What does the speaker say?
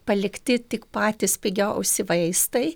palikti tik patys pigiausi vaistai